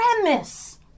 premise